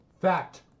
Fact